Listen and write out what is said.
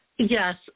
Yes